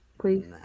Please